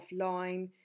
offline